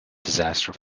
disaster